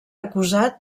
acusat